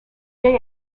day